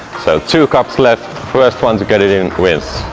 so two cups left first one to get it in wins!